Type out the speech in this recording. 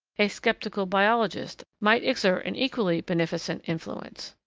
a sceptical biologist might exert an equally beneficent influence.